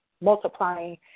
multiplying